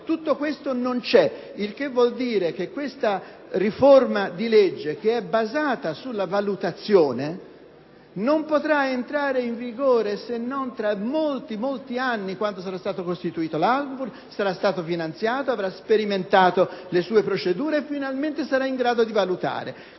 Tutto questo non c’e, il che vuol dire che tale riforma, basata sulla valutazione, non potraentrare in vigore se non tra moltissimi anni, quando sara costituito l’ANVUR, sarastato finanziato e avra sperimentato le procedure e finalmente sarain grado di valutare.